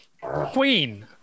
Queen